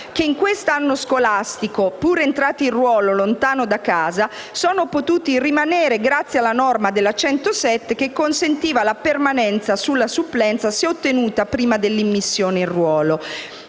che in quest'anno scolastico, pur entrati in ruolo lontano da casa, sono potuti rimanere, grazie alla norma della legge n. 107 del 2015, che consentiva la permanenza sulla supplenza se ottenuta prima dell'immissione in ruolo.